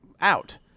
out